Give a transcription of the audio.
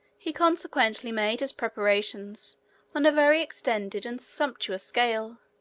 he consequently made his preparations on a very extended and sumptuous scale,